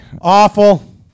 Awful